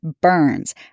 burns